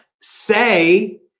say